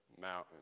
mountain